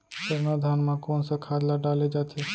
सरना धान म कोन सा खाद ला डाले जाथे?